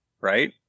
Right